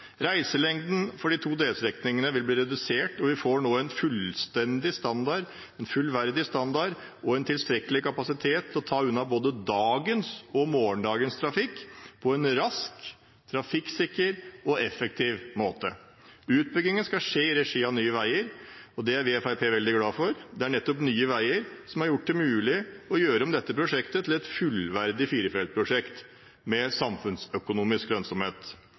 Reiselengden for de to delstrekningene vil bli redusert, og vi får nå en fullverdig standard og tilstrekkelig kapasitet til å ta unna både dagens og morgendagens trafikk på en rask, trafikksikker og effektiv måte. Utbyggingen skal skje i regi av Nye Veier, og det er vi i Fremskrittspartiet veldig glad for. Nettopp Nye Veier har gjort det mulig å gjøre om dette prosjektet til et fullverdig firefelts prosjekt med samfunnsøkonomisk lønnsomhet.